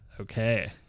okay